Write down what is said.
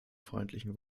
freundlichen